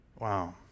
Wow